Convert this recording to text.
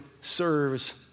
serves